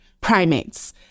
primates